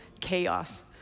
chaos